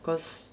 cause